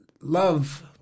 love